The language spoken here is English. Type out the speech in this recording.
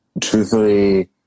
truthfully